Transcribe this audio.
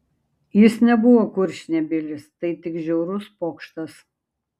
jis nebuvo kurčnebylis tai tik žiaurus pokštas